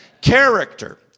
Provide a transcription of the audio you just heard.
Character